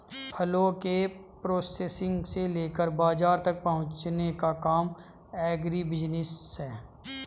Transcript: फलों के प्रोसेसिंग से लेकर बाजार तक पहुंचने का काम एग्रीबिजनेस है